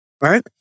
right